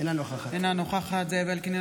אינה נוכחת זאב אלקין,